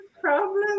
problem